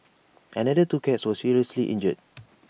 another two cats were seriously injured